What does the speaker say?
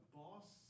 boss